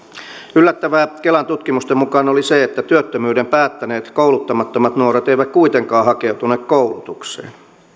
yllättävää kelan tutkimusten mukaan oli se että työttömyyden päättäneet kouluttamattomat nuoret eivät kuitenkaan hakeutuneet koulutukseen